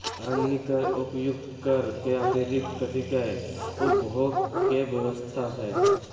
अन्य कर उपर्युक्त कर के अतिरिक्त कतिपय उपभोग कर के व्यवस्था ह